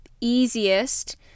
easiest